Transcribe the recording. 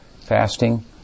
fasting